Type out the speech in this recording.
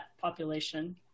population